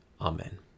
Amen